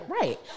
right